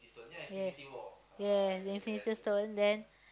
ya ya the infinity stone then